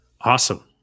awesome